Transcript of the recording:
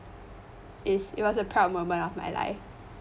is it was a proud moment of my life